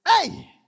Hey